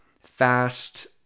fast